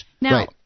Now